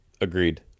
Agreed